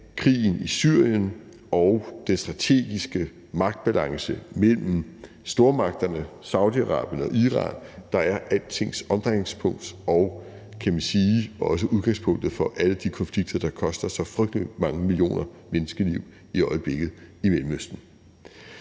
krigen i Syrien og den strategiske magtbalance mellem stormagterne, Saudi-Arabien og Iran, der er altings omdrejningspunkt og, kan man sige, også udgangspunktet for alle de konflikter, der i øjeblikket koster så frygtelig mange millioner menneskeliv i Mellemøsten.